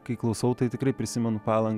kai klausau tai tikrai prisimenu palangą